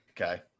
Okay